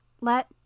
let